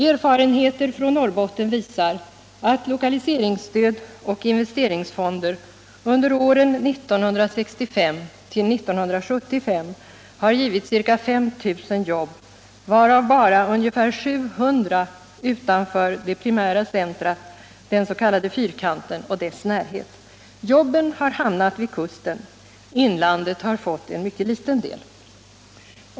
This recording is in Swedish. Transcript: Erfarenheter från Norrbotten visar att lokaliseringsstöd och investeringsfonder under åren 1965-1975 har givit ca 5 000 jobb. varav bara ca 700 utanför det primära centrum, den s.k. Fyrkanten, och dess närhet. Jobben har hamnat vid kusten, inlandet har fått en mycket liten del.